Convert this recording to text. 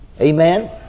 Amen